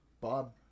Bob